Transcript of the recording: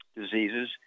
diseases